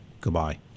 goodbye